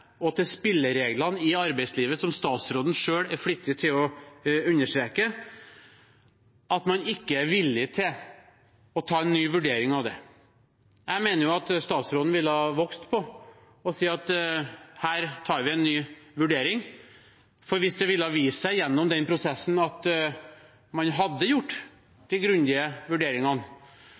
og til spillereglene i arbeidslivet, som statsråden selv er flittig til å understreke, og at man ikke er villig til å ta en ny vurdering av det. Jeg mener at statsråden ville vokst på å si at her tar man en ny vurdering. Hvis det hadde vist seg gjennom den prosessen at man hadde gjort de grundige vurderingene,